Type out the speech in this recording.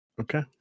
Okay